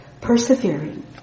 persevering